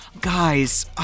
Guys